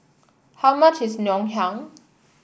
how much is Ngoh Hiang